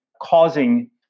causing